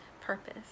purpose